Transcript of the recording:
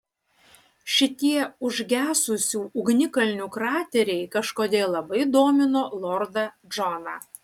šitie užgesusių ugnikalnių krateriai kažkodėl labai domino lordą džoną